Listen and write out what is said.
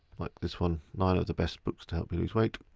like this one, nine of the best books to help you lose weight.